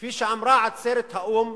כפי שאמרה עצרת האו"ם